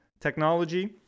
technology